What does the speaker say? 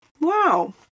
Wow